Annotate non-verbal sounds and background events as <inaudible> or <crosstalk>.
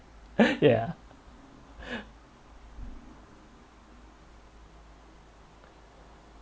<laughs> ya <breath>